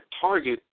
target